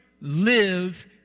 live